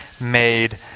made